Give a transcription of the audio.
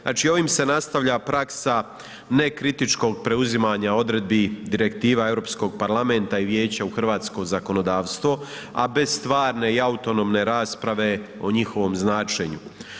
Znači ovom se nastavlja praksa nekritičkog preuzimanja odredbi direktiva Europskog parlamenta i Vijeća u hrvatsko zakonodavstvo a bez stvarne autonomne rasprave o njihovom značenju.